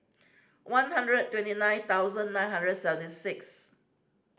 one hundred twenty nine thousand nine hundred and seventy six